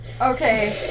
Okay